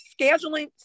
scheduling